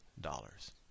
dollars